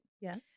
Yes